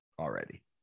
already